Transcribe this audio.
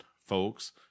folks